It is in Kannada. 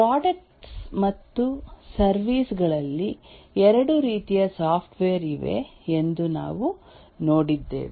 ಪ್ರಾಡಕ್ಟ್ ಮತ್ತು ಸರ್ವಿಸ್ ಗಳಲ್ಲಿ ಎರಡು ರೀತಿಯ ಸಾಫ್ಟ್ವೇರ್ ಇವೆ ಎಂದು ನಾವು ನೋಡಿದ್ದೇವೆ